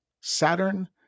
Saturn